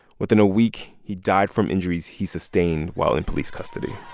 within a week, he died from injuries he sustained while in police custody